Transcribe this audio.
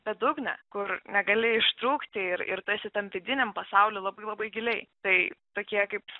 bedugnę kur negali ištrūkti ir ir tu esi tam vidiniam pasauly labai labai giliai tai tokie kaip